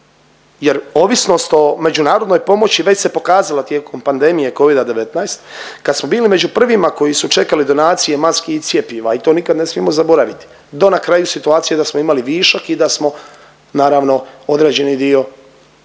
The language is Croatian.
jer ovisnost o međunarodnoj pomoći već se pokazala tijekom pandemije Covida-19, kad smo bili među prvima koji su čekali donacije maski i cjepiva i to nikad ne smijemo zaboraviti, do na kraju situacije da smo imali višak i da smo naravno određeni dio